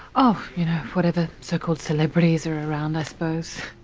oh you know, whatever so called celebrities are around i suppose.